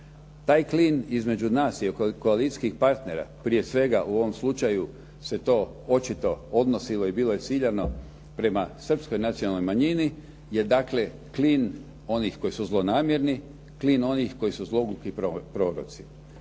Taj klin između nas i koalicijskih partnera prije svega u ovom slučaju se to očito odnosilo i bilo je ciljano prema srpskoj nacionalnoj manjini, jer dakle klin onih koji su zlonamjerni, klin onih koji su zlogluhi proroci.